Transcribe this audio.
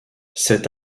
cet